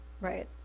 Right